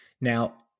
Now